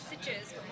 stitches